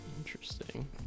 Interesting